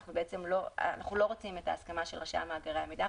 כי אנחנו לא רוצים את ההסכמה של ראשי מאגרי המידע,